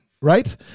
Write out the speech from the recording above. right